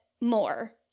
more